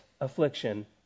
affliction